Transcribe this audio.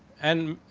and.